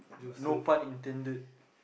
no pun intended